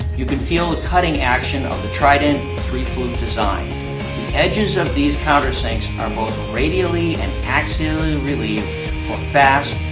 you can feel the cutting action of the trident three flute design. the edges of these countersinks are both radially and axially relieved for fast,